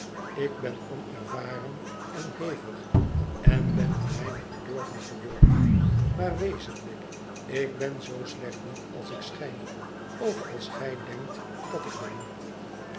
ik ben onervaren en hevig en ben een weinig bedorven geworden maar wezenlijk ik ben zoo slecht niet als ik schijn of als gij denkt dat ik ben